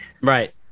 Right